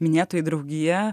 minėtoji draugija